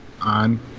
on